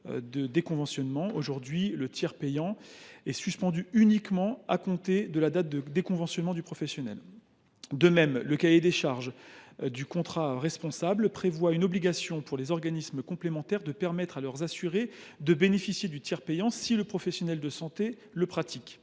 jour, le tiers payant est suspendu uniquement à compter de la date de déconventionnement du professionnel. De même, le cahier des charges du contrat responsable prévoit l’obligation, pour les organismes complémentaires, de permettre à leurs assurés de bénéficier du tiers payant si le professionnel de santé le pratique.